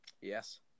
Yes